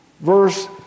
verse